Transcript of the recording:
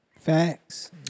Facts